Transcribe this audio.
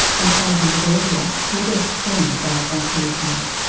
and five years earlier her best friend died by suicide.